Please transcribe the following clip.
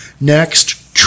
Next